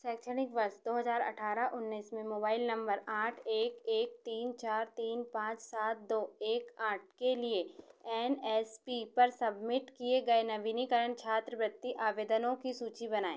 शैक्षणिक वर्ष दो हजार अठारह उन्नीस में मोबाइल नंबर आठ एक एक तीन चार तीन पाँ च सात दो एक आठ के लिए एन एस पी पर सबमिट किए गए नवीनीकरण छात्रवृत्ति आवेदनों कि सूची बनाएँ